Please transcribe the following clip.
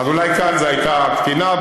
--- אז אולי כאן זו הייתה קטינה,